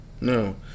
No